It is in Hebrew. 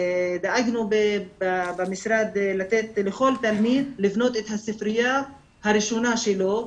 דאגנו במשרד לתת לכל תלמיד לבנות את הספרייה הראשונה שלו.